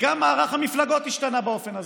גם מערך המפלגות השתנה באופן הזה.